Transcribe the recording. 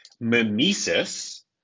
Mimesis